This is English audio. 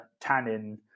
tannin